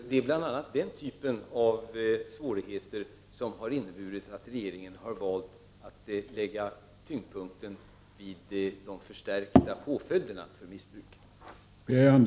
Det är bl.a. den typen av svårigheter som har inneburit att regeringen har valt att lägga tyngdpunkten vid de förstärkta påföljderna för missbruk.